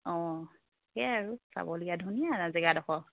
অঁ সেয়াই আৰু চাবলগীয়া ধুনীয়া জেগাডোখৰ